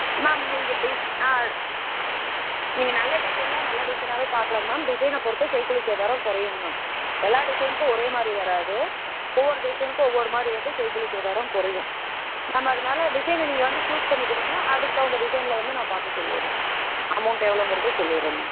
ma'am நீங்கள் design ஆ நீங்கள் நல்ல டிசைனில் நல்ல டிசைன்னாகவே பார்க்கலாங்க மேம் டிசைன்னை பொருத்து செய்க்கூலி சேதாரம் கொறையுங்க மேம் எல்லா டிசைன்னுக்கும் ஒரேமாதிரி வராது ஒவ்வொரு டிசைனுக்கும் ஒவ்வொருமாதிரி வந்து செய்க்கூலி சேதாரம் குறையும் நம்ம அதனால டிசைன் வந்து நீங்கள் சூஸ் பண்ணி கொடுங்க அதுக்கு தகுந்த டிசைனில் வந்து நான் பார்த்து சொல்லிடுறேன் அமௌண்ட் எவ்வளோங்குறத சொல்லிடுறேன் மேம்